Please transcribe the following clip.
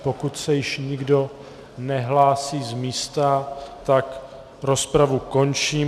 Pokud se již nikdo nehlásí z místa, tak rozpravu končím.